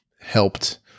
helped